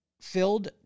filled